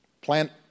plant